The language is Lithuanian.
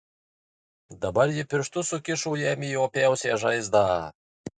dabar ji pirštus sukišo jam į opiausią žaizdą